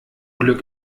glück